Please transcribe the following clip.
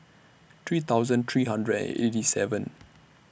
three thousand three hundred and eighty seven